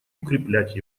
укреплять